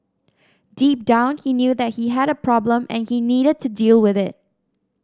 deep down he knew that he had a problem and he needed to deal with it